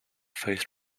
face